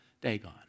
Dagon